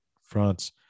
France